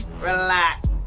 Relax